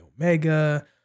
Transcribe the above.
Omega